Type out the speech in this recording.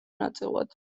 ნაწილად